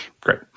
Great